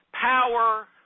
power